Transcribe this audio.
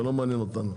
זה לא מעניין אותנו.